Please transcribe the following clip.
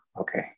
Okay